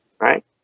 right